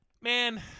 Man